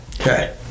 Okay